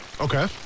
okay